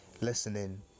listening